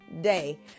day